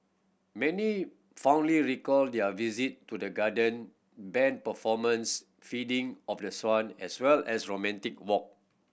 many fondly recalled their visit to the garden band performance feeding of the swan as well as romantic walk